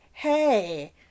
hey